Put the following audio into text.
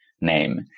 Name